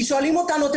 כי שואלים אותנו,